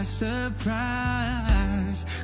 surprise